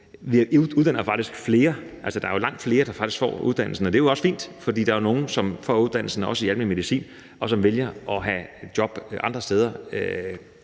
der er langt flere, der faktisk får uddannelsen, og det er også fint, for der er jo nogle, der får uddannelsen også i almen medicin, og som vælger at have job andre steder